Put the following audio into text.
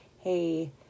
hey